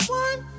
one